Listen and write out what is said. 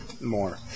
more